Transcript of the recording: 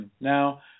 now